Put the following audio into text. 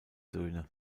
söhne